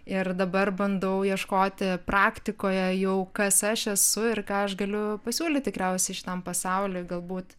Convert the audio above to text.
ir dabar bandau ieškoti praktikoje jau kas aš esu ir ką aš galiu pasiūlyt tikriausiai šitam pasauly galbūt